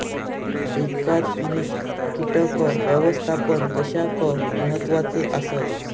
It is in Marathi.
एकात्मिक कीटक व्यवस्थापन कशाक महत्वाचे आसत?